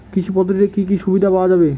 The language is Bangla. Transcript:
কৃষি পদ্ধতিতে কি কি সুবিধা পাওয়া যাবে?